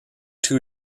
two